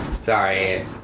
Sorry